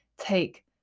take